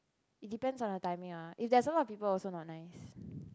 it depends on the timing ah if there's a lot of people also not nice